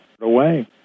away